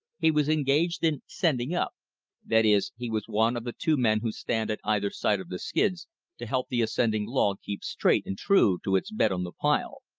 he was engaged in sending up that is, he was one of the two men who stand at either side of the skids to help the ascending log keep straight and true to its bed on the pile.